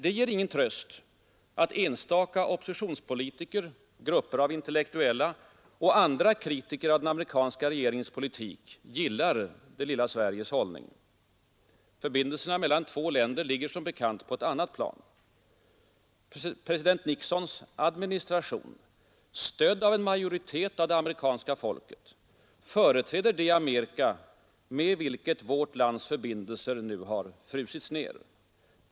Det ger ingen tröst att enstaka oppositionspolitiker, grupper av intellektuella och andra kritiker av den amerikanska regeringens politik gillar det lilla Sveriges hållning. Förbindelserna mellan två länder ligger som bekant på ett annat plan. President Nixons administration, stödd av en majoritet av det amerikanska folket, företräder det Amerika, med vilket vårt lands förbindelser nu frusits ner.